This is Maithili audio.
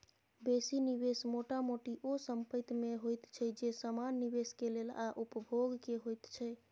बेसी निवेश मोटा मोटी ओ संपेत में होइत छै जे समान निवेश के लेल आ उपभोग के होइत छै